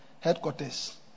headquarters